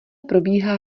probíhá